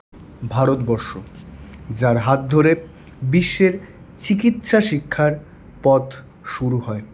ভারতবর্ষ যার হাত ধরে বিশ্বের চিকিৎসা শিক্ষার পথ শুরু হয়